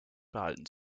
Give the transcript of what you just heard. behalten